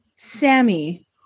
Sammy